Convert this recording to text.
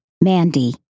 Mandy